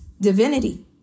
divinity